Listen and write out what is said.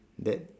that